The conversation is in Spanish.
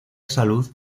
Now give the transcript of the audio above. salud